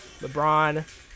LeBron